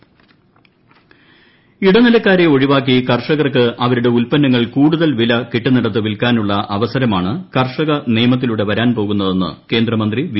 കേന്ദ്രമന്ത്രി ഇടനിലക്കാരെ ഒഴിവാക്കി കർഷകർക്ക് അവരുടെ ഉത്പന്നങ്ങൾ കൂടുതൽ വില കിട്ടുന്നിടത്ത് വിൽക്കാനുള്ള അവസരമാണ് കർഷക നിയമത്തിലൂടെ വരാൻ പോകുന്നതെന്ന് കേന്ദ്രമന്ത്രി വി